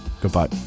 Goodbye